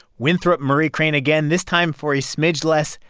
winthrop murray crane again this time for a smidge less,